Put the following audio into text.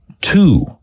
Two